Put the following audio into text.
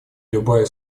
любая